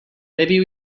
maybe